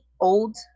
old